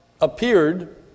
appeared